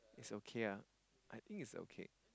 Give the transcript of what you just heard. it's okay lah I think it's okay